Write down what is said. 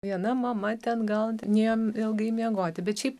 viena mama ten gal nėjo ilgai miegoti bet šiaip